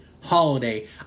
holiday